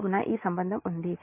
కాబట్టి ఈ సంబంధం ఉంది